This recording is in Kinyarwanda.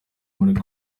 muri